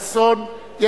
של חבר הכנסת ישראל חסון.